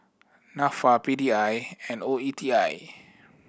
Nafa P D I and O E T I